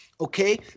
Okay